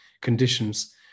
conditions